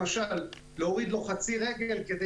למשל להוריד לו חצי רגל כדי